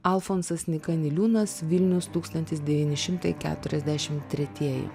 alfonsas nyka niliūnas vilnius tūkstantis devyni šimtai keturiasdešim tretieji